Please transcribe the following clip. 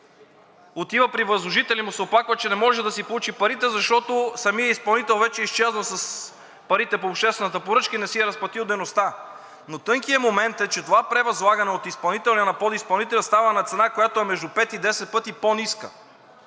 отива при възложителя и му се оплаква, че не може да си получи парите, защото самият изпълнител вече е изчезнал с парите по обществената поръчка и не си е разплатил дейността. Но тънкият момент е, че това превъзлагане от изпълнителя на подизпълнителя става на цена, която е между пет и десет пъти по ниска